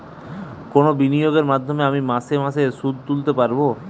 কোন বিনিয়োগের মাধ্যমে আমি মাসে মাসে সুদ তুলতে পারবো?